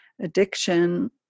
addiction